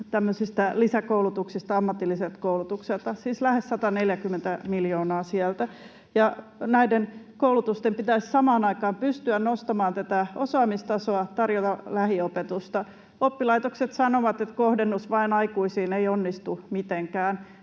tämmöisistä lisäkoulutuksista ammatilliselta koulutukselta, siis lähes 140 miljoonaa sieltä. Näiden koulutusten pitäisi samaan aikaan pystyä nostamaan tätä osaamistasoa, tarjota lähiopetusta. Oppilaitokset sanovat, että kohdennus vain aikuisiin ei onnistu mitenkään,